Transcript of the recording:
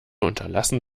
unterlassen